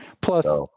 Plus